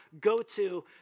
go-to